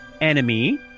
enemy